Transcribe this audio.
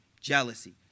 Jealousy